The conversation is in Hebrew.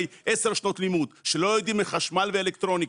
10 שנות לימוד שלא יודעים חשמל ואלקטרוניקה,